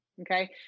okay